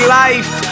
life